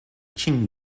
qing